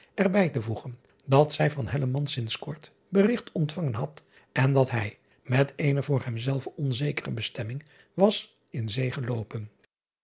bij te voegen dat zij van sinds kort berigt ontvangen had en dat hij met eene voor hemzelven onzekere bestemming was in in zee geloopen